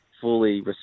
fully